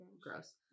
gross